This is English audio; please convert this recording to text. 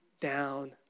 down